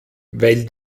weil